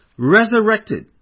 resurrected